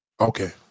Okay